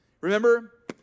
Remember